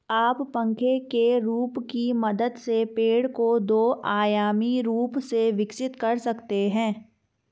आप पंखे के रूप की मदद से पेड़ को दो आयामी रूप से विकसित कर सकते हैं